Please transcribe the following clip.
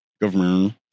government